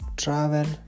travel